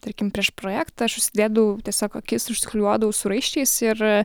tarkim prieš projektą aš užsidėdavau tiesiog akis užsiklijuodavau su raiščiais ir